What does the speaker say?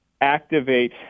activate